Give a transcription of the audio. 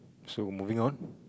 so moving on